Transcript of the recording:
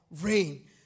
rain